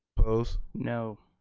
opposed? no.